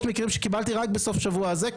מקרים שקיבלתי רק בסוף השבוע הזה,